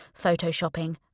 photoshopping